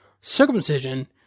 circumcision